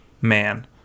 man